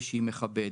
ושהיא מכבדת.